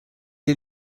est